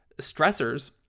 stressors